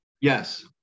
Yes